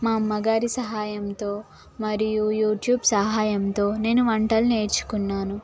మా అమ్మగారి సహాయంతో మరియు యూట్యూబ్ సహాయంతో నేను వంటలు నేర్చుకున్నాను